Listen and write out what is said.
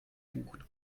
gebucht